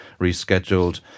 rescheduled